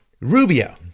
Rubio